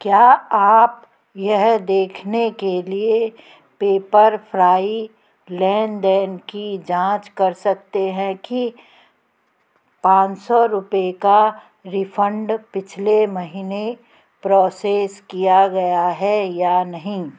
क्या आप यह देखने के लिए पेपरफ्राई लेन देन की जाँच कर सकते हैं कि पाँच सौ रुपये का रिफ़ंड पिछले महीने प्रोसेस किया गया है या नहीं